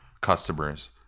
customers